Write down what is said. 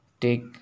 take